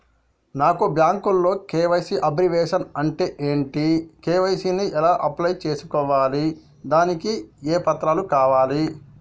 నాకు బ్యాంకులో KYC abbreviation అంటే ఏంటి కే.వై.సీ ని ఎలా అప్లై చేసుకోవాలి దానికి ఏ పత్రాలు కావాలి?